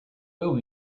will